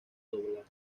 doblar